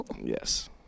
Yes